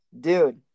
Dude